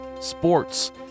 sports